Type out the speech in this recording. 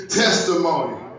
testimony